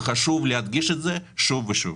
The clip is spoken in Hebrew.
וחשוב להדגיש זאת שוב ושוב.